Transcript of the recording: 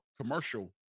commercial